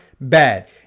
bad